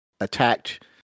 attacked